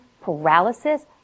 paralysis